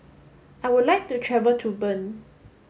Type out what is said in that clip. I would like to travel to Bern